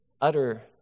utter